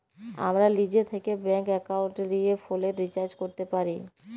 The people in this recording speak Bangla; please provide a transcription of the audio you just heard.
আমরা লিজে থ্যাকে ব্যাংক একাউলটে লিয়ে ফোলের রিচাজ ক্যরতে পারি